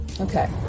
Okay